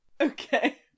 Okay